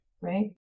Right